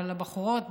אבל הבחורות,